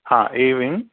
हा A wing